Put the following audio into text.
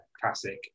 classic